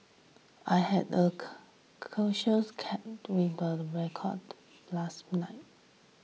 I had a casual chat with a reporter last night